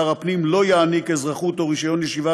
שר הפנים לא יעניק אזרחות או רישיון ישיבה